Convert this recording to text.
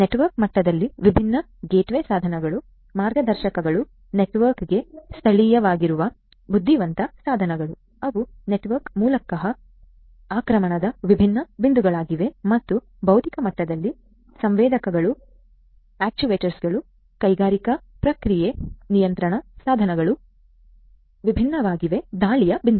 network ಮಟ್ಟದಲ್ಲಿ ವಿಭಿನ್ನ gateway ಸಾಧನಗಳು ಮಾರ್ಗನಿರ್ದೇಶಕಗಳು ನೆಟ್ವರ್ಕ್ಗೆ ಸ್ಥಳೀಯವಾಗಿರುವ ಬುದ್ಧಿವಂತ ಸಾಧನಗಳು ಅವು ನೆಟ್ವರ್ಕ್ ಮೂಲಕ ಆಕ್ರಮಣದ ವಿಭಿನ್ನ ಬಿಂದುಗಳಾಗಿವೆ ಮತ್ತು ಭೌತಿಕ ಮಟ್ಟದಲ್ಲಿ ಸಂವೇದಕಗಳು ಆಕ್ಯೂವೇಟರ್ಗಳು ಕೈಗಾರಿಕಾ ಪ್ರಕ್ರಿಯೆ ನಿಯಂತ್ರಣ ಸಾಧನಗಳು ವಿಭಿನ್ನವಾಗಿವೆ ದಾಳಿಯ ಬಿಂದುಗಳು